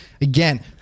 Again